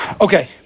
Okay